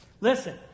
Listen